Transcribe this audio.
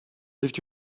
lived